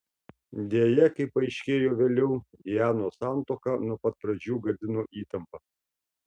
deja kaip paaiškėjo vėliau dianos santuoką nuo pat pradžių gadino įtampa